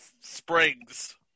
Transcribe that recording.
springs